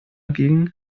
ging